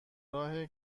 راه